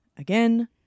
Again